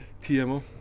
TMO